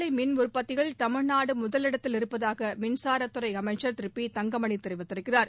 காற்றாலை மின் உற்பத்தியில் தமிழ்நாடு முதலிடத்தில் இருப்பதாக மின்சாரத் துறை அமைச்சர் திரு பி தங்கமணி கூறியிருக்கிறார்